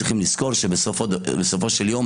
צריך לזכור שבסופו של יום,